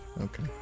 Okay